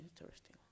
interesting